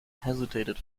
hesitated